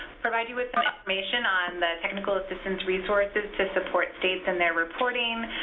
provide you with some information on the technical assistance resources to support states in their reporting,